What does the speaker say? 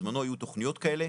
בזמנו היו תוכניות כאלה,